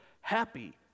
Happy